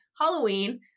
Halloween